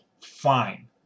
fine